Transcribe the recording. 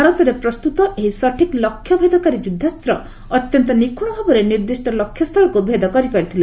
ଭାରତରେ ପ୍ରସ୍ତୁତ ଏହି ସଠିକ୍ ଲକ୍ଷ ଭେଦକାରୀ ଯୁଦ୍ଧାସ୍ତ ଅତ୍ୟନ୍ତ ନିଖୁଣ ଭାବରେ ନିର୍ଦ୍ଦିଷ୍ଟ ଲକ୍ଷ୍ୟ ସ୍ଥଳକୁ ଭେଦ କରିପାରିଥିଲା